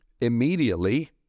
Immediately